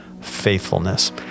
faithfulness